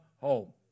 home